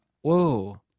Whoa